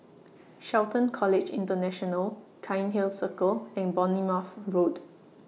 Shelton College International Cairnhill Circle and Bournemouth Road